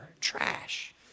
trash